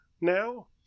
now